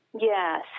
Yes